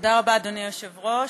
תודה רבה, אדוני היושב-ראש.